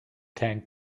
tank